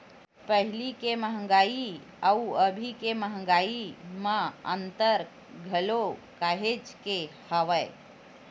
पहिली के मंहगाई अउ अभी के मंहगाई म अंतर घलो काहेच के हवय